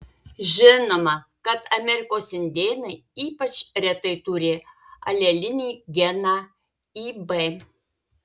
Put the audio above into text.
žinoma kad amerikos indėnai ypač retai turi alelinį geną ib